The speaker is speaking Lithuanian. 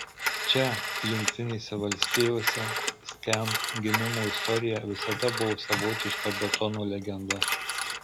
čia jungtinėse valstijose skamp gimimo istorija visada buvo savotiška betono legenda